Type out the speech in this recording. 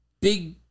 big